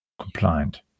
compliant